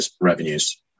revenues